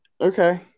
Okay